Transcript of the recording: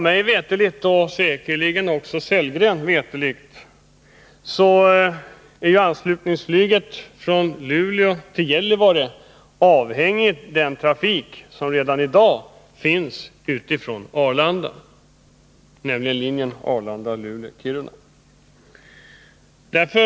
Mig veterligt — och säkerligen också Rolf Sellgren veterligt — är anslutningsflyget från Luleå till Gällivare avhängigt av den trafik som redan i dag utgår från Arlanda, nämligen linjen Arlanda-Luleå-Kiruna.